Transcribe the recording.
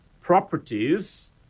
properties